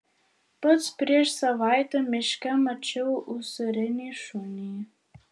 pats prieš savaitę miške mačiau usūrinį šunį